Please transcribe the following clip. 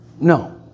No